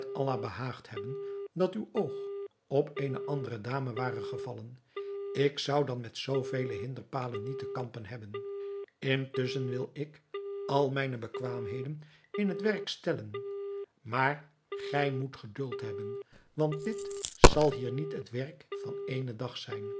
allah behaagd hebben dat uw oog op eene andere dame ware gevallen ik zou dan met zoo vele hinderpalen niet te kampen hebben intusschen wil ik al mijne bekwaamheid in het werk stellen maar gij moet geduld hebben want dit zal hier niet het werk van éénen dag zijn